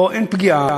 פה אין פגיעה,